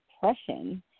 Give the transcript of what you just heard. depression